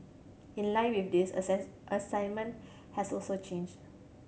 in line with this assess assignment has also change